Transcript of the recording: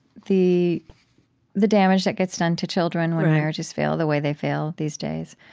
the the damage that gets done to children, when marriages fail the way they fail, these days,